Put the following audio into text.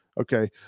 Okay